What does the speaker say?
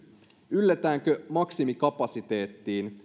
ylletäänkö maksimikapasiteettiin